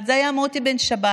זה היה מוטי בן שבת,